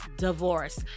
divorce